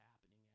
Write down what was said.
happening